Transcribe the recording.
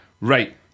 Right